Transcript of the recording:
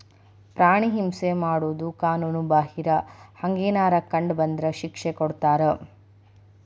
ಪ್ರಾಣಿ ಹಿಂಸೆ ಮಾಡುದು ಕಾನುನು ಬಾಹಿರ, ಹಂಗೆನರ ಕಂಡ ಬಂದ್ರ ಶಿಕ್ಷೆ ಕೊಡ್ತಾರ